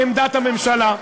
על ההצעה,